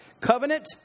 Covenant